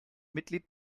mitglied